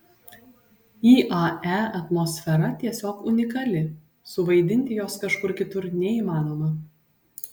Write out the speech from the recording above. iae atmosfera tiesiog unikali suvaidinti jos kažkur kitur neįmanoma